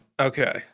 Okay